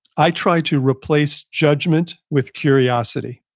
i try to replace judgment with curiosity.